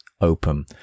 open